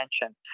attention